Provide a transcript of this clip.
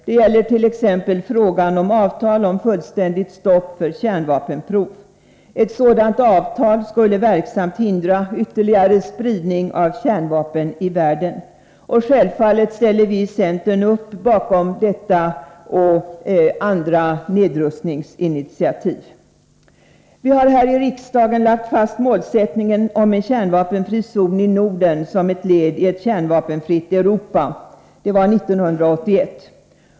Det gäller t.ex. frågan om ett avtal om fullständigt stopp för kärnvapenprov. Ett sådant avtal skulle verksamt hindra ytterligare spridning av kärnvapen i världen. Självfallet ställer vi i centern upp bakom detta och andra nedrustningsinitiativ. Vi har här i riksdagen lagt fast målsättningen om en kärnvapenfri zon i Norden som ett led i ett kärnvapenfritt Europa. Det var år 1981.